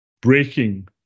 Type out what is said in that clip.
breaking